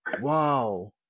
Wow